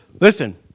Listen